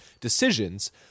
decisions